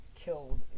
killed